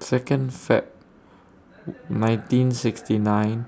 Second Feb nineteen sixty nine